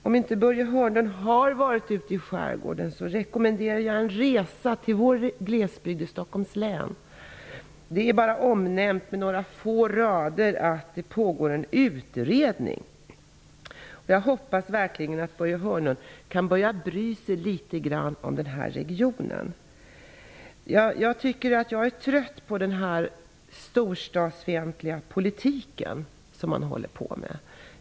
Om inte Börje Hörnlund har varit ute i skärgården rekommenderar jag en resa till vår glesbygd i Stockholms län. Det omnämns med några få rader att det pågår en utredning. Jag hoppas verkligen att Börje Hörnlund kan börja bry sig litet grand om denna region. Jag är trött på den storstadsfientliga politik som man håller på med.